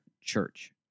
church